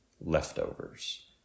leftovers